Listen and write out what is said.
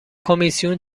کمیسیون